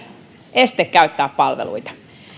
este käyttää palveluita